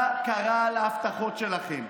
מה קרה להבטחות שלכם,